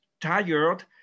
tired